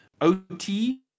OT